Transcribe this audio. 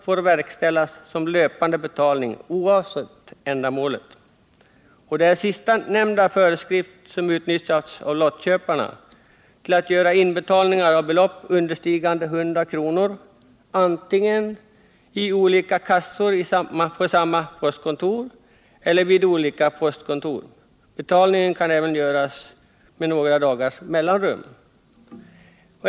får verkställas som löpande betalning oavsett ändamålet. Sistnämnda föreskrift utnyttjas av lottköparna för att göra inbetalningar av belopp understigande 100 kr., antingen i olika kassor på samma postkontor eller på olika postkontor. Betalningarna kan även göras med några dagars mellanrum.